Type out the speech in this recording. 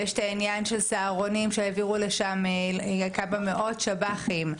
ויש את העניין של סהרונים שהעבירו לשם מאות שב"חים.